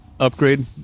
upgrade